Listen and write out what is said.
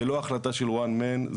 זה לא החלטה של one man,